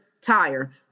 tire